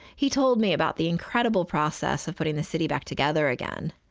he told me about the incredible process of putting the city back together again.